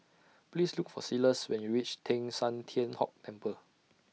Please Look For Silas when YOU REACH Teng San Tian Hock Temple